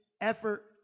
effort